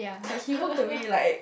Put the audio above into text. like he walked away like